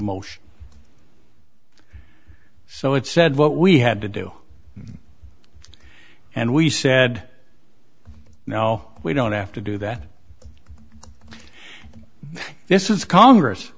motion so it said what we had to do and we said now we don't have to do that this is congress